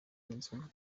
inzoga